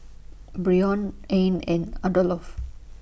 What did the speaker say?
Brion Anne and Adolph